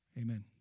Amen